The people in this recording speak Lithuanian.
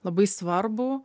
labai svarbų